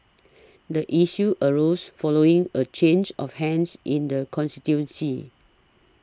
the issue arose following a change of hands in the constituency